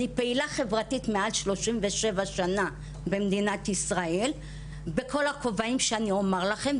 אני פעילה חברתית מעל 37 שנה במדינת ישראל בכל הכובעים שאני אומר לכם,